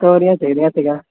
ਤੋਰੀਆਂ ਚਾਹੀਦੀਆਂ ਸੀਗੀਆਂ